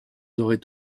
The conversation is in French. auraient